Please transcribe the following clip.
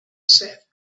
said